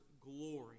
glory